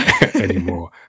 anymore